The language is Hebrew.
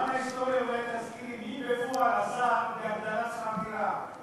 למען ההיסטוריה אולי תזכירי מי בפועל עשה להגדלת שכר דירה,